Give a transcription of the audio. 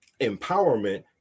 empowerment